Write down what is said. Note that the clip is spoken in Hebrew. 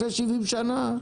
אחרי 70 שנה,